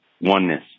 oneness